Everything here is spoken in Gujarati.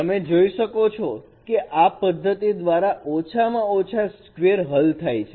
તમે જોઈ શકો છો કે આ પદ્ધતિ દ્વારા ઓછામાં ઓછા સ્ક્વેર હલ થાય છે